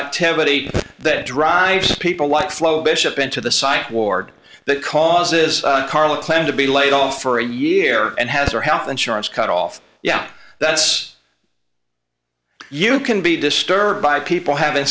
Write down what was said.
activity that drives people like slow bishop into the psych ward that causes carla planned to be laid off for a year and has her health insurance cut off yeah that's you can be disturbed by people having